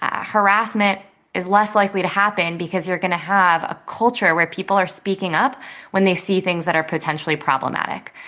harassment is less likely to happen because you're going to have a culture where people are speaking up when they see things that are potentially problematic.